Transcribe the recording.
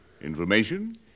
Information